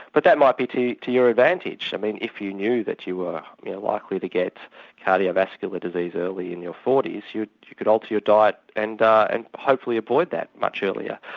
but that might be to to your advantage. i mean if you knew that you were likely to get cardio-vascular disease early in your forty s you you could alter your diet and and hopefully avoid that much earlier.